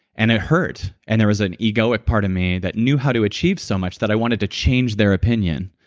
and it hurt. and there was an egoic part of me that knew how to achieve so much that i wanted to change their opinion,